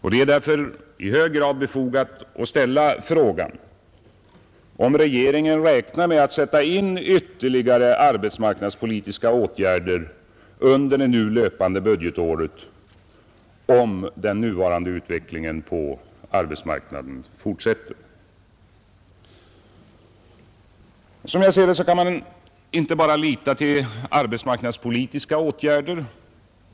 Det är därför i hög grad befogat att ställa frågan huruvida regeringen räknar med att sätta in ytterligare arbetsmarknadspolitiska åtgärder under det nu löpande budgetåret, om den nuvarande utvecklingen på arbetsmarknaden fortsätter. Som jag ser det kan man inte bara lita till arbetsmarknadspolitiska åtgärder.